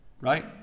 Right